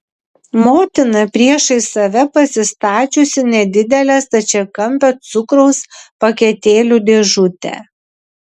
motina priešais save pasistačiusi nedidelę stačiakampę cukraus paketėlių dėžutę